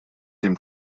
dem